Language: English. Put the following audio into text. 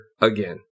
again